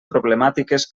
problemàtiques